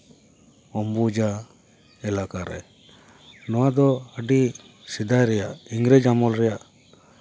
ᱚᱢᱵᱩᱡᱟ ᱮᱞᱟᱠᱟ ᱨᱮ ᱱᱚᱣᱟ ᱫᱚ ᱟᱹᱰᱤ ᱥᱮᱫᱟᱭ ᱨᱮᱭᱟᱜ ᱤᱝᱨᱮᱡᱽ ᱟᱢᱚᱞ ᱨᱮᱭᱟᱜ